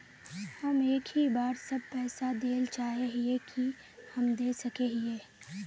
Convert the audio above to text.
हम एक ही बार सब पैसा देल चाहे हिये की हम दे सके हीये?